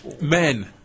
Men